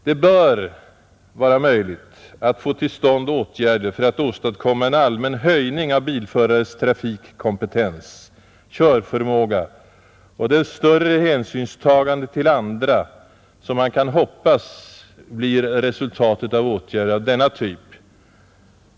Det bör vara möjligt att få till stånd åtgärder för att åstadkomma en allmän höjning av bilförares trafikkompetens och körförmåga samt det större hänsynstagande till andra som man kan hoppas blir resultatet av åtgärder av denna typ.